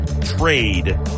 trade